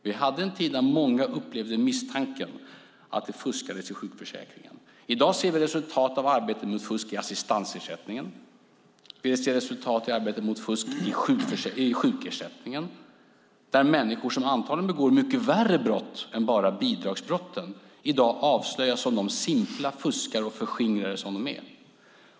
Det fanns en tid när många misstänkte att det fuskades i sjukförsäkringen. I dag ser vi ett resultat av arbetet mot fusk i assistansersättningen. Vi ser ett resultat av arbetet mot fusk i sjukförsäkringen. Människor som antagligen begår mycket värre brott än bidragsbrott avslöjas i dag som de simpla fuskare och förskingrare de är.